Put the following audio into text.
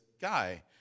guy